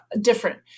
different